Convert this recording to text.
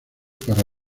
para